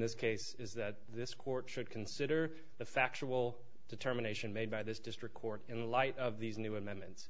this case is that this court should consider the factual determination made by this district court in light of these new amendments